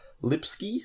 Lipsky